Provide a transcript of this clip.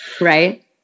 right